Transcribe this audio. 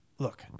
Look